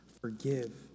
Forgive